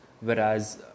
whereas